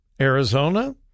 Arizona